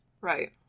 right